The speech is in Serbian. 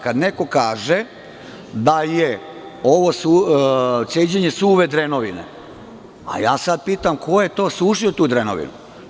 Kada neko kaže da je ovo ceđenje suve drenovine, a ja sad pitam - ko je to sušio tu drenovinu?